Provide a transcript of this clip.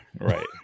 right